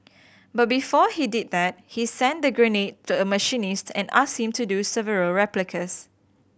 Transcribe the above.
but before he did that he sent the grenade to a machinist and asked him to do several replicas